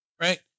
right